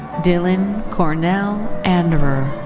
dylan cornell anderer.